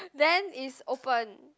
then is open